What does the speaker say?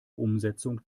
umsetzung